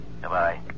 Goodbye